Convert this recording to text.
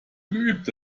geübte